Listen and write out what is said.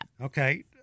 Okay